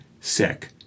sick